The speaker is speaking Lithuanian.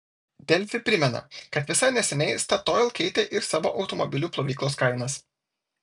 delfi primena kad visai neseniai statoil keitė ir savo automobilių plovyklos kainas